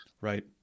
Right